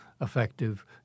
effective